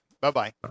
Bye-bye